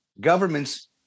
governments